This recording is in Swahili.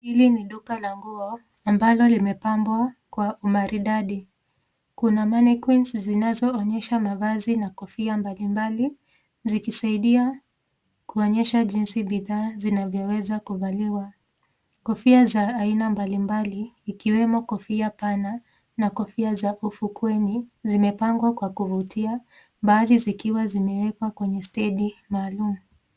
Hili duka ya nguo ambalo umepambwa kwa umaridadi kuna mannequins zinazoonyesha mavasi na kofia mbali mbali zikisaidia kuonyesha jinsi bidhaa zinavyoweza kuvaliwa, kofia za aina mbali mbali ikiwemo kofia pana na kofia za ufukueni, zimepangwa kwa kuvutia baadhi zikiwa zimewekwa kwenye stendi maalum.